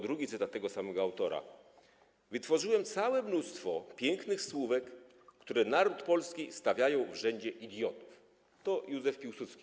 Drugi cytat tego samego autora: Wytworzyłem całe mnóstwo pięknych słówek, które naród polski stawiają w rzędzie idiotów - to mówił Józef Piłsudski.